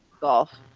golf